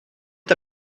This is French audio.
est